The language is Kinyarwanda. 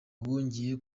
wongeye